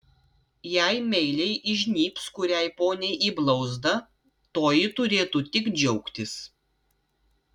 jei meiliai įžnybs kuriai poniai į blauzdą toji turėtų tik džiaugtis